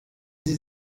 sie